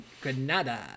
Granada